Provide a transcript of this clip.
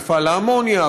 מפעל האמוניה,